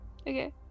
Okay